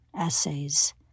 essays